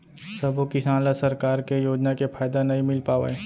सबो किसान ल सरकार के योजना के फायदा नइ मिल पावय